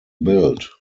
built